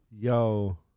Yo